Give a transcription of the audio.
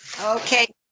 Okay